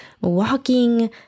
walking